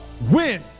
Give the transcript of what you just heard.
win